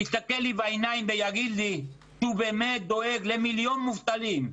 שיסתכל לי בעיניים ויגיד לי שהוא באמת דואג למיליון מובטלים.